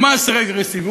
הוא מס רגרסיבי,